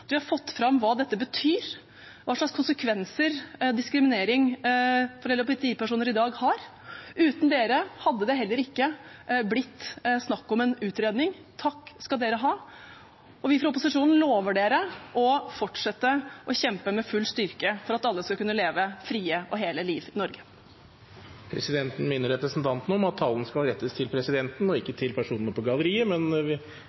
debatt. Vi har fått fram hva dette betyr, hva slags konsekvenser diskriminering har for LHBTI-personer i dag. Uten dere hadde det ikke blitt snakk om en utredning. Takk skal dere ha! Vi fra opposisjonen lover dere å fortsette og kjempe med full styrke for at alle skal kunne leve frie og hele liv i Norge. Presidenten minner representanten om at talen skal rettes til presidenten og ikke til personer på galleriet, men